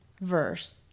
verse